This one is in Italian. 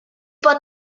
può